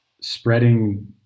spreading